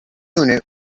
unit